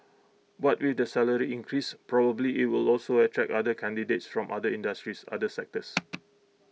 but with the salary increase probably IT will also attract other candidates from other industries other sectors